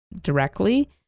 directly